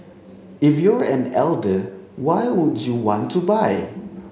if you're an older why would you want to buy